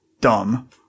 dumb